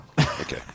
Okay